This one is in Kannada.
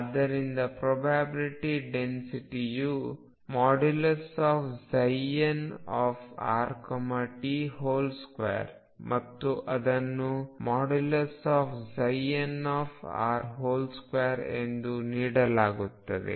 ಆದ್ದರಿಂದ ಪ್ರೊಬ್ಯಾಬಿಲ್ಟಿ ಡೆನ್ಸಿಟಿಯುnrt2ಮತ್ತು ಅದನ್ನು nr2ಎಂದು ನೀಡಲಾಗುತ್ತದೆ